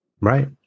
Right